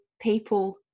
people